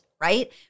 right